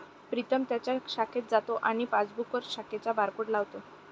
प्रीतम त्याच्या शाखेत जातो आणि पासबुकवर शाखेचा बारकोड लावतो